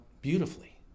beautifully